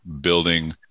building